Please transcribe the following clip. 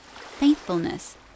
faithfulness